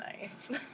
nice